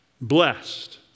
blessed